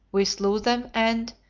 we slew them and,